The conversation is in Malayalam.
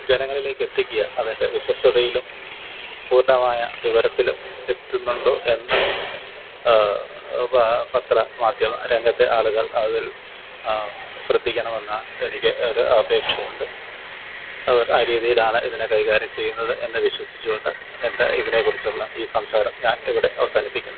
ജനങ്ങളിലേക്ക് എത്തിക്കുക അതിന്റെ വിശ്വസ്തതയിലും പൂര്ണ്ണമായ വിവരത്തിലും എത്തുന്നുണ്ടോ എന്ന് പത്രമാധ്യമ രംഗത്തെ ആളുകൾ അതിൽ ശ്രദ്ധിക്കണമെന്ന എനിക്ക് ഒരു അപേക്ഷയുണ്ട് അതുപോലെ ആ രീതിയിലാണ് ഇതിനെ കൈകാര്യം ചെയ്യുന്നത് എന്ന് വിശ്വസിച്ച് കൊണ്ട് എന്റെ ഇതിനേക്കുറിച്ചുള്ള ഈ സംസാരം ഞാന് ഇവിടെ അവസാനിപ്പിക്കുന്നു